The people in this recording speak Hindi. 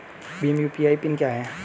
भीम यू.पी.आई पिन क्या है?